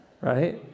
right